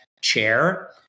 chair